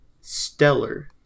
stellar